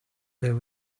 there